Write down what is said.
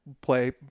play